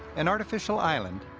an artificial island,